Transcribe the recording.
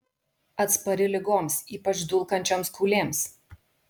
atspari ligoms ypač dulkančioms kūlėms